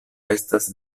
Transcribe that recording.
estas